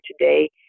today